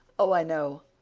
oh, i know.